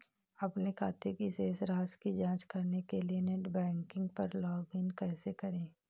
अपने खाते की शेष राशि की जांच करने के लिए नेट बैंकिंग पर लॉगइन कैसे करें?